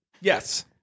Yes